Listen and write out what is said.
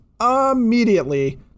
immediately